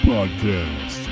Podcast